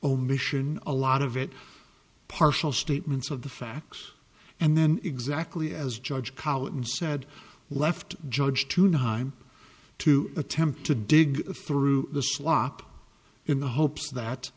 omission a lot of it partial statements of the facts and then exactly as judge collins said left judge tonight i'm to attempt to dig through the slop in the hopes that